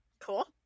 Cool